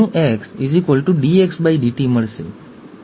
આ બે શક્યતાઓ છે સામાન્ય અથવા સિસ્ટિક ફાઇબ્રોસિસ